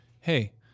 hey